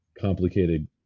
complicated